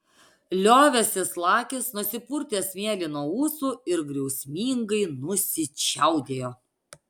liovęsis lakis nusipurtė smėlį nuo ūsų ir griausmingai nusičiaudėjo